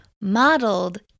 Modeled